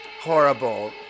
horrible